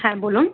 হ্যাঁ বলুন